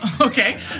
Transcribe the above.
okay